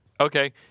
Okay